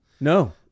No